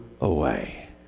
away